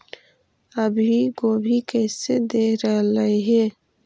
अभी गोभी कैसे दे रहलई हे?